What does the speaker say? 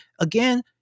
again